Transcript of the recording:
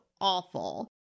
awful